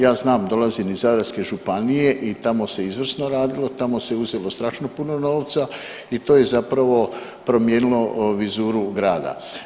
Ja znam, dolazim iz Zadarske županije i tamo se izvrsno radilo tamo se uzelo strašno puno novca i to je zapravo promijenilo vizuru grada.